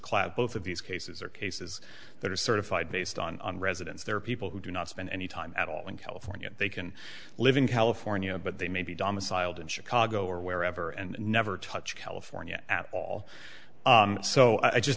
class both of these cases are cases that are certified based on residence there are people who do not spend any time at all in california they can live in california but they may be domiciled in chicago or wherever and never touch california at all so i just